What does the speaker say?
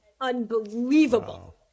unbelievable